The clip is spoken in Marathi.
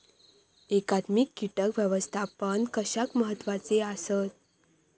एकात्मिक कीटक व्यवस्थापन कशाक महत्वाचे आसत?